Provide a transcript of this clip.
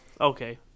okay